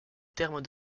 terme